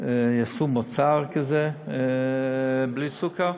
יעשו מוצר כזה, בלי סוכר.